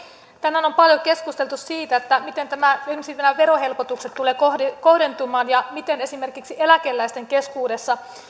tänään on paljon keskusteltu siitä miten esimerkiksi nämä verohelpotukset tulevat kohdentumaan ja mitä esimerkiksi eläkeläisten keskuudessa